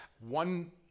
one